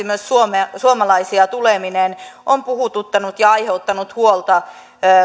myös meitä suomalaisia yhä lähemmäksi on puhuttanut ja aiheuttanut huolta